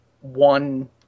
one